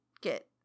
get